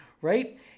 Right